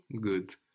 Good